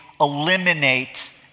eliminate